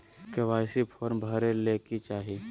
KYC form भरे ले कि चाही?